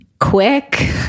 quick